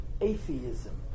atheism